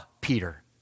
Peter